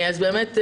באמת,